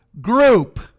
group